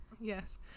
Yes